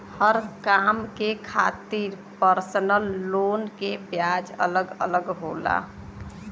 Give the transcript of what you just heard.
हर काम के खातिर परसनल लोन के ब्याज अलग अलग होला